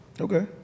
Okay